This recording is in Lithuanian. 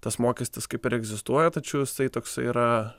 tas mokestis kaip ir egzistuoja tačiau jisai toksai yra